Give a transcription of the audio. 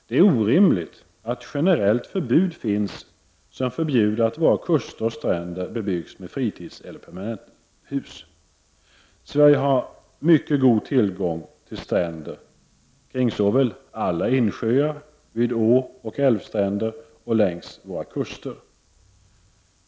Det är orimligt att ett generellt förbud finns som förbjuder att våra kuster och stränder bebyggs med fritidseller permanenthus. Sverige har mycket god tillgång på stränder kring såväl alla insjöar, vid åoch älvstränder som längs kusterna.